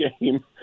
game –